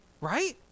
right